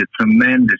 tremendous